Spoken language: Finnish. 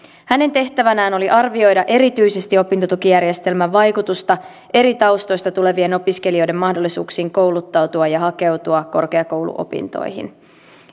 hänen tehtävänään oli arvioida erityisesti opintotukijärjestelmän vaikutusta eri taustoista tulevien opiskelijoiden mahdollisuuksiin kouluttautua ja hakeutua korkeakouluopintoihin